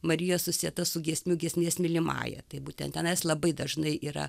marija susieta su giesmių giesmės mylimąja tai būtent tenais labai dažnai yra